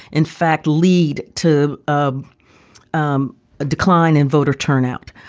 in fact, lead to um um a decline in voter turnout.